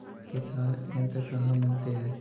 किसान यंत्र कहाँ मिलते हैं?